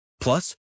Plus